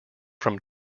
from